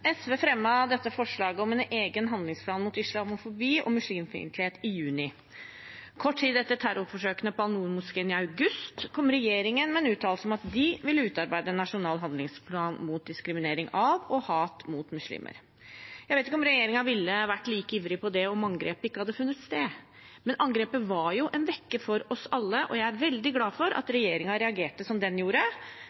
SV fremmet dette forslaget om en egen handlingsplan mot islamofobi og muslimfiendtlighet i juni. Kort tid etter terrorforsøkene på Al-Noor-moskeen i august kom regjeringen med en uttalelse om at de ville utarbeide en nasjonal handlingsplan mot diskriminering av og hat mot muslimer. Jeg vet ikke om regjeringen ville ha vært like ivrige på det om angrepet ikke hadde funnet sted, men angrepet var jo en vekker for oss alle, og jeg er veldig glad for at